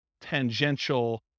tangential